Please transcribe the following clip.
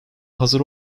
hazır